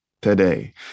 today